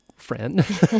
friend